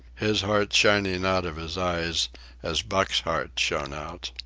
his heart shining out of his eyes as buck's heart shone out.